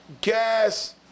gas